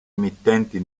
emittenti